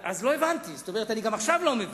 לא הבנתי, גם עכשיו אני לא מבין.